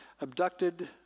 abducted